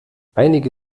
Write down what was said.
einige